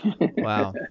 Wow